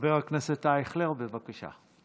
חבר הכנסת אייכלר, בבקשה.